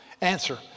answer